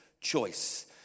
choice